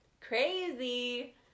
Crazy